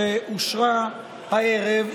שאושרה הערב,